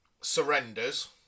surrenders